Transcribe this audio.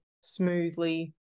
smoothly